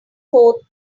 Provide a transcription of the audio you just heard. forth